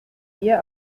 dir